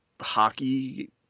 hockey